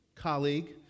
Colleague